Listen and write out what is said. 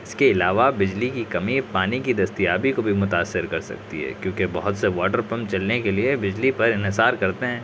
اس کے علاوہ بجلی کی کمی پانی کی دستیابی کو بھی متأثر کر سکتی ہے کیونکہ بہت سے واٹر پمپ چلنے کے لیے بجلی پر انحصار کرتے ہیں